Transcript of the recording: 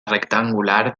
rectangular